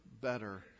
better